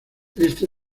este